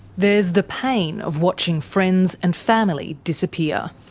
there's the pain of watching friends and family disappear.